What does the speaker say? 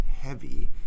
heavy